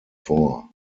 vor